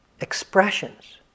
expressions